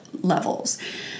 levels